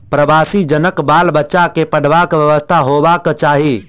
प्रवासी जनक बाल बच्चा के पढ़बाक व्यवस्था होयबाक चाही